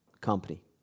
company